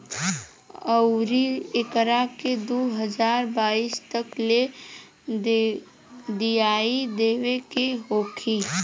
अउरु एकरा के दू हज़ार बाईस तक ले देइयो देवे के होखी